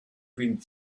wind